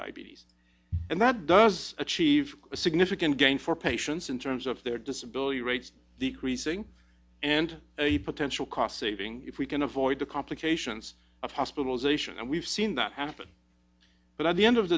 diabetes and that does achieve a significant gain for patients in terms of their disability rates decreasing and a potential cost saving if we can avoid the complications of hospitalization and we've seen that happen but at the end of